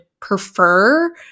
prefer